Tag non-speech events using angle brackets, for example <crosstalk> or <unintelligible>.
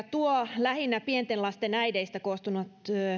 <unintelligible> tuo lähinnä pienten lasten äideistä koostunut